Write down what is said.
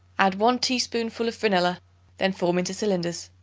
add one teaspoonful of vanilla then form into cylinders.